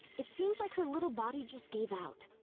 it seems like her little body just gave out.